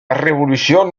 révolution